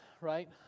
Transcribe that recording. right